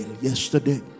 yesterday